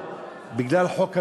ובכתה בגלל חוק המשילות,